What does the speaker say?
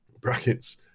Brackets